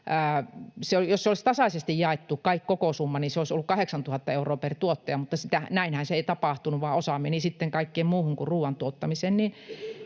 jaettu koko summa, niin se olisi ollut 8 000 euroa per tuottaja, mutta näinhän se ei tapahtunut, vaan osa meni sitten kaikkeen muuhun kuin ruuantuottamiseen.